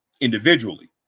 individually